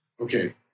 okay